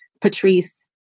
Patrice